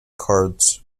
cards